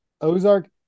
Ozark